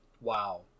Wow